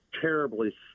terribly